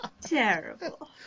Terrible